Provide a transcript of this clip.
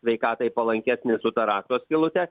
sveikatai palankesnis su ta rakto skylute